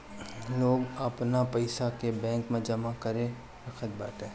लोग अपनी पईसा के बैंक में जमा करके रखत बाटे